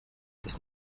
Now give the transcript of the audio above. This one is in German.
das